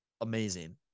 amazing